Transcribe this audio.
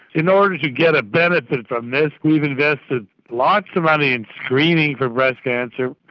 in order to get a benefit from this we have invested lots of money in screening for breast cancer.